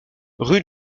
rue